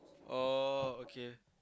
oh okay